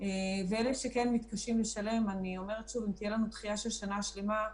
ואלה שכן מתקשים לשלם אם תהיה לנו דחיה של שנה שלמה,